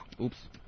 Oops